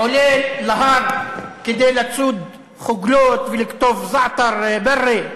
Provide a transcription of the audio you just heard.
עולה להר כדי לצוד חוגלות ולקטוף זעתר "ברי".